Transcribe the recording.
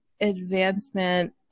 Advancement